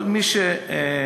כל מי שרלוונטי,